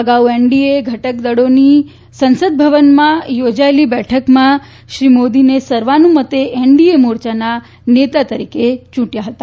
અગાઉ એનડીએ ઘટક દળોની સંસદભવનમાં યોજાયેલી બેઠકમાં શ્રી મોદી સર્વાનુમતે એનડીએ મોર્ચાના નેતા તરીકે ચૂંટાયા ફતા